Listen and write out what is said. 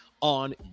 on